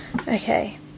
okay